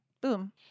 boom